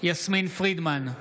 יסמין פרידמן,